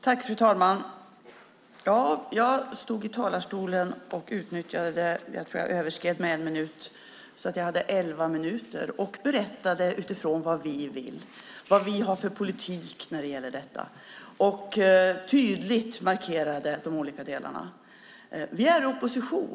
Fru talman! Jag stod i talarstolen och överskred min talartid med en minut, så jag hade 11 minuter. Jag berättade vad vi vill och vad vi har för politik när det gäller detta, och jag markerade de olika delarna tydligt. Vi är i opposition.